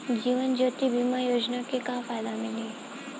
जीवन ज्योति बीमा योजना के का फायदा मिली?